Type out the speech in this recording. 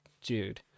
dude